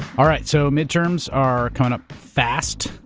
all right, so, midterms are coming up fast.